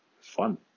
fun